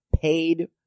paid